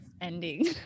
ending